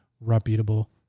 reputable